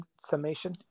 summation